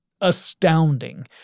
astounding